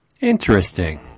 Interesting